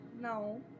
No